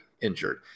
injured